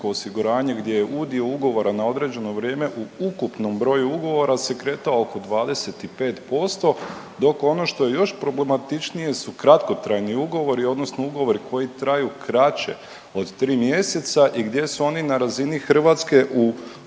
HZMO-a gdje je udio ugovora na određeno vrijeme u ukupnom broju ugovora se kretao oko 25% dok ono što je još problematičnije su kratkotrajni ugovori odnosno ugovori koji traju kraće od 3 mjeseca i gdje su oni na razini Hrvatske u